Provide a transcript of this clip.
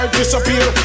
disappear